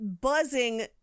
buzzing